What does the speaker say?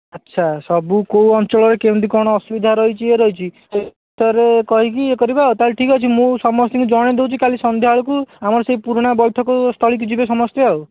ଆଛା ସବୁ କେଉଁ ଅଞ୍ଚଳରେ କେମିତି କ'ଣ ଆସୁବିଧା ରହିଛି ଇଏ ରହିଛି ସେହି ଅନୁସାରେ କହିକି ଇଏ କରିବା ଆଉ ତା'ହାଲେ ଠିକ ଅଛି ମୁଁ ସମସ୍ତଙ୍କୁ ଜଣେଇ ଦେଉଛି କାଲି ସନ୍ଧ୍ୟାବେଳକୁ ଆମର ସେହି ପୁରୁଣା ବୈଠକ ସ୍ଥଳୀ କୁ ଯିବେ ସମସ୍ତେ ଆଉ